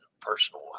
personal